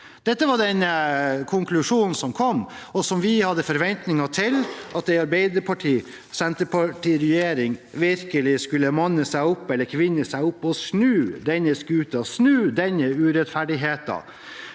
Dette var den konklusjonen som kom, og vi hadde forventninger til at en Arbeiderparti–Senterparti-regjering virkelig skulle manne seg opp – eller kvinne seg opp – og snu denne skuten, snu denne urettferdigheten,